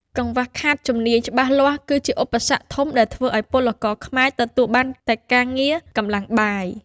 កង្វះខាតជំនាញច្បាស់លាស់គឺជាឧបសគ្គធំដែលធ្វើឱ្យពលករខ្មែរទទួលបានតែការងារកម្លាំងបាយ។